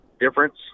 difference